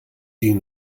die